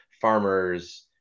farmers